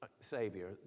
Savior